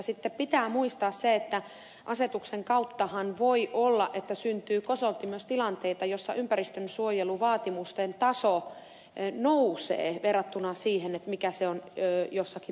sitten pitää muistaa se että voi olla että asetuksen kautta syntyy kosolti myös tilanteita jossa ympäristönsuojeluvaatimusten taso nousee verrattuna siihen mikä se on jossakin luvituskohdassa ollut